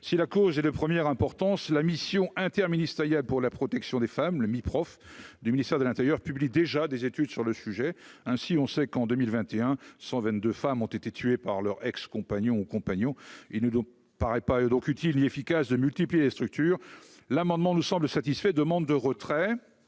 si la cause est de première importance, la mission interministérielle pour la protection des femmes, le Miprof du ministère de l'Intérieur publie déjà des études sur le sujet, hein, si on sait qu'en 2021 122 femmes ont été tuées par leur ex-compagnon en compagnon, il ne nous paraît pas eux, donc utile, efficace de multiplier les structures, l'amendement nous semblent satisfaits : demande de retrait